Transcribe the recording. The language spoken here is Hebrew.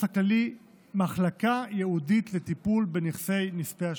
הכללי מחלקה ייעודית לטיפול בנכסי נספי השואה.